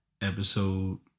episode